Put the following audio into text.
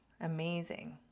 Amazing